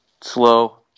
slow